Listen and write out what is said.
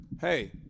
hey –